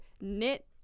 knit